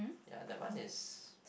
ya that one is